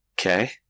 Okay